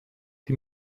die